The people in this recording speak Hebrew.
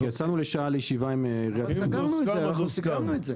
אם זה הוסכם, אז הוסכם.